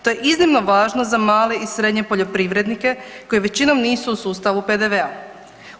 To je iznimno važno za male i srednje poljoprivrednike koji većinom nisu u sustavu PDV-a.